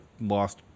lost